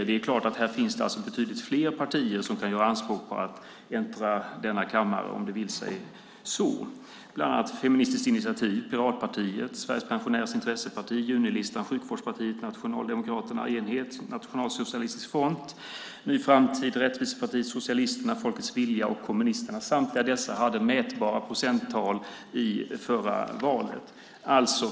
Det finns betydligt fler partier som kan göra anspråk på att äntra denna kammare, om det vill sig så - bland annat Feministiskt initiativ, Piratpartiet, Sveriges pensionärers intresseparti, Junilistan, Sjukvårdspartiet, Nationaldemokraterna, Enhets och nationalsocialistisk front, Ny framtid, Rättvisepartiet, Socialisterna, Folkets vilja och Kommunisterna. Samtliga dessa hade mätbara procenttal i förra valet.